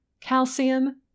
calcium